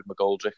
McGoldrick